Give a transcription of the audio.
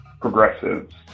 progressives